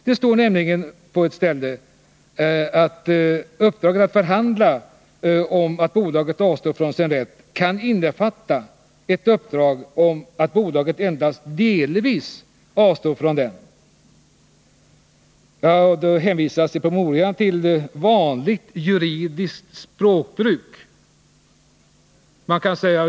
Det står på ett ställe att uppdraget att förhandla om att bolaget avstår från sin rätt kan innefatta ett uppdrag om att bolaget endast delvis avstår från den rätten, Det hänvisas i promemorian till ”vanligt juridiskt språkbruk”.